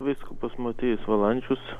vyskupas motiejus valančius